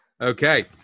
Okay